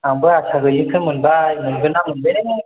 आंबो आसा गैयैसो मोनबाय मोनगोनना मोनला